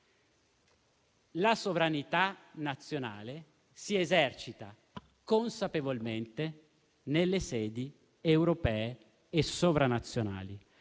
la sovranità nazionale si esercita consapevolmente nelle sedi europee e sovranazionali.